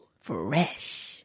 Fresh